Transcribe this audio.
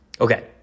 Okay